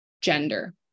gender